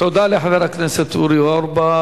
תודה לחבר הכנסת אורי אורבך.